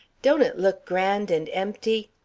don't it look grand and empty?